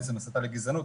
הסתה לגזענות,